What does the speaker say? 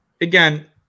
again